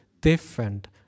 different